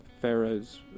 Pharaoh's